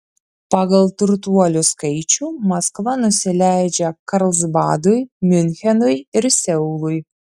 pagal turtuolių skaičių maskva nusileidžia karlsbadui miunchenui ir seului